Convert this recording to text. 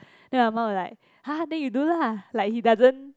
then my mum will like !huh! then you do lah like he doesn't